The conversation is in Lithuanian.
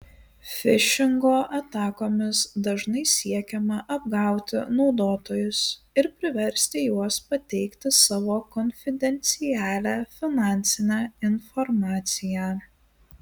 fišingo atakomis dažnai siekiama apgauti naudotojus ir priversti juos pateikti savo konfidencialią finansinę informaciją